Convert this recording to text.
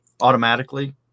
automatically